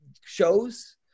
shows